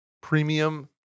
premium